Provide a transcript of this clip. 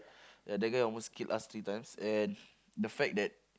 ya the guy almost killed us three times and the fact that